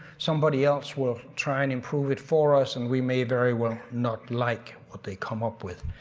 somebody else will try and improve it for us and we may very well not like what they come up with.